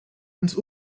ans